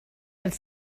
have